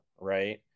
right